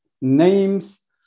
names